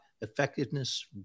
effectiveness